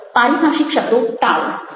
પારિભાષિક શબ્દો ટાળો